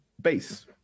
base